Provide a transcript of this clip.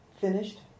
finished